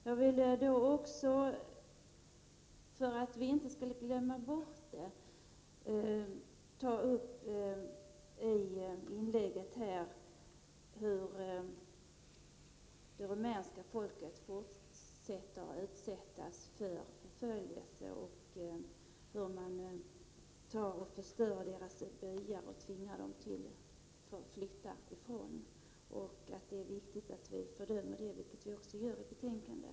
Jag vill också, för att vi inte skall glömma bort det, ta upp hur det rumänska folket fortfarande utsätts för förföljelse och hur man förstör deras byar och tvingar dem att flytta därifrån. Det är viktigt att vi fördömer det, vilket också görs i betänkandet.